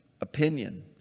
opinion